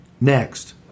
Next